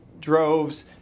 droves